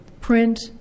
print